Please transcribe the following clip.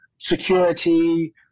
security